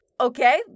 Okay